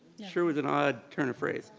sure was an odd turn of phrase.